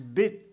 bit